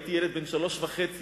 הייתי ילד בן שלוש וחצי,